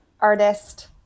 artist